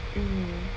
mm